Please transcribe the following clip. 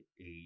eight